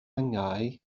angau